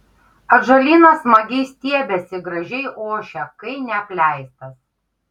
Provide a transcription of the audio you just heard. atžalynas smagiai stiebiasi gražiai ošia kai neapleistas